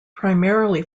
primarily